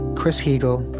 chris heagle,